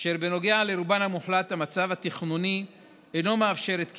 אשר בנוגע לרובן המוחלט המצב התכנוני אינו מאפשר את קיומן,